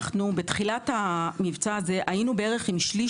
בתחילת המבצע הזה היינו בערך עם שליש